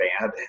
bad